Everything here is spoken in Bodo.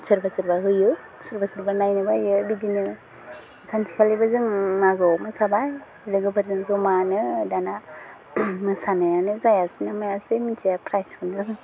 सोरबा सोरबा होयो सोरबा सोरबा नायनो बायो बिदिनो सानसेखालिबो जों मागोआव मोसाबाय लोगोफोरजों जमानो दाना मोसानायानो जायासै ना मायासै मिथिया प्राइजखौनो